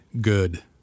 good